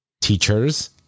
teachers